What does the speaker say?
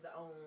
own